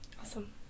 Awesome